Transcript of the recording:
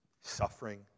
suffering